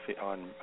on